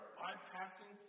bypassing